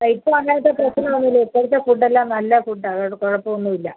ആ ഇപ്പോൾ അങ്ങനത്തെ ഫുഡ്ഡ് ഇപ്പോഴത്തെ ഫുഡ്ഡ് എല്ലാം നല്ല ഫുഡ്ഡാണ് അതുകൊണ്ട് കുഴപ്പം ഒന്നും ഇല്ല